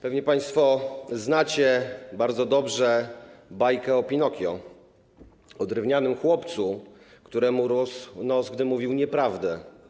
Pewnie państwo znacie bardzo dobrze bajkę o Pinokiu - o drewnianym chłopcu, któremu rósł nos, gdy mówił nieprawdę.